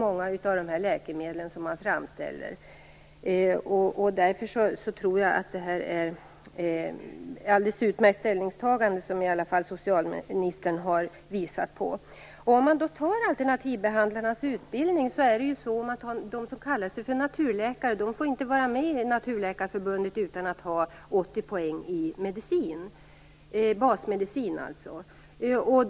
Jag tror därför att det ställningstagande socialministern har visat på är alldeles utmärkt. Vad gäller alternativbehandlarnas utbildning är det ju så att de som kallar sig naturläkare inte får vara med i naturläkarförbundet utan att ha 80 poäng i basmedicin.